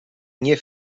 nie